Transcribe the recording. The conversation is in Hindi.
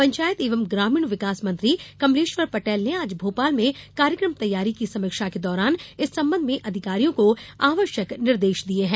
पंचायत एवं ग्रामीण विकास मंत्री कमलेश्वर पटेल ने आज भोपाल में कार्यक्रम तैयारी की समीक्षा के दौरान इस संबंध में अधिकारियों को आवश्यक निर्देश दिये हैं